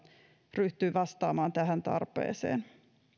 ryhtyy vastaamaan tähän tarpeeseen